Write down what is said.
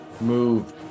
move